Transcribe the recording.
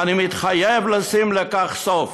אני מתחייב לשים לכך סוף".